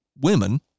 women